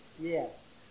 yes